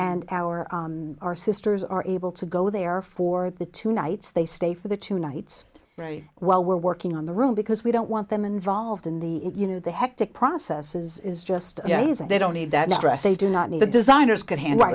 and our our sisters are able to go there for the two nights they stay for the two nights while we're working on the room because we don't want them involved in the you know the hectic processes is just you know they don't need that stress they do not need the designers could handle